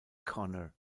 connor